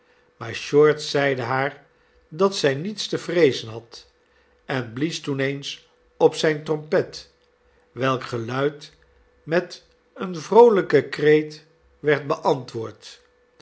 maar short zeide haar dat zij niets te vreezen had en blies toen eens op zijne trompet welk geluid met een vroolijken kreet werd beantwoord